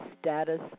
status